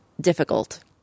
difficult